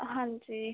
ਹਾਂਜੀ